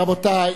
רבותי,